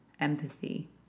empathy